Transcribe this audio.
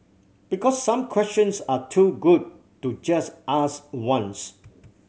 because some questions are too good to just ask once